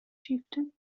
chieftain